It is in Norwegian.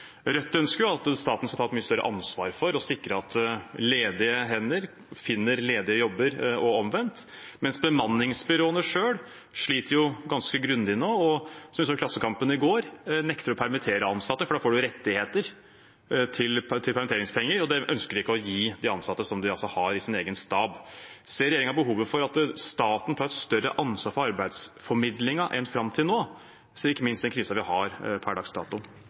Rødt ønsker at staten skal ta et mye større ansvar for å sikre at ledige hender finner ledige jobber og omvendt, mens bemanningsbyråene selv sliter ganske grundig nå og – som vi så i Klassekampen i går – nekter å permittere ansatte, for da får man rettigheter til permitteringspenger, og det ønsker de ikke å gi de ansatte som de har i egen stab. Ser regjeringen behov for at staten tar et større ansvar for arbeidsformidlingen enn den har gjort fram til nå, ikke minst i den krisen vi har